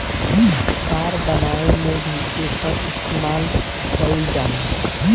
तार बनावे में भी एकर इस्तमाल कईल जाला